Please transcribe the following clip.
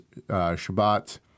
Shabbat